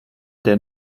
der